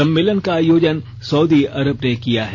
सम्मेलन का आयोजन सउदी अरब ने किया है